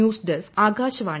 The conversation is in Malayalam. news desk Akashvani